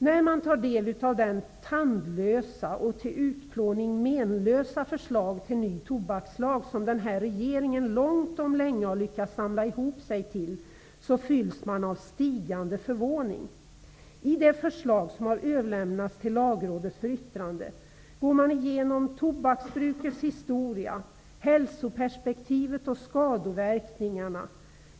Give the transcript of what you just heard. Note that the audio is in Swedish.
När man tar del av det tandlösa och till utplåning menlösa förslag till ny tobakslag som regeringen långt om länge har lyckats samla ihop sig till, fylls man av stigande förvåning. I det förslag som har överlämnats till Lagrådet för yttrande går man igenom tobaksbrukets historia, hälsoperspektivet och skadeverkningarna.